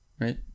right